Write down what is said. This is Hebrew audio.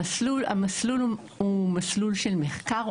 המסלול הוא מסלול של מחקר,